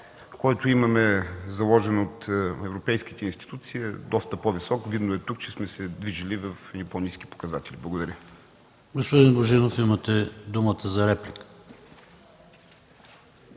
който е заложен от европейските институции, е доста по-висок. Видно е тук, че сме се движили в едни по-ниски показатели. Благодаря. ПРЕДСЕДАТЕЛ ПАВЕЛ ШОПОВ: Господин Божинов, имате думата за реплика.